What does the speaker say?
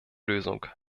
lösung